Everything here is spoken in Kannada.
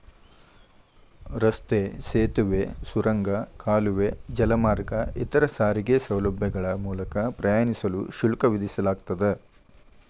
ರಸ್ತೆ ಸೇತುವೆ ಸುರಂಗ ಕಾಲುವೆ ಜಲಮಾರ್ಗ ಇತರ ಸಾರಿಗೆ ಸೌಲಭ್ಯಗಳ ಮೂಲಕ ಪ್ರಯಾಣಿಸಲು ಶುಲ್ಕ ವಿಧಿಸಲಾಗ್ತದ